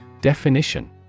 Definition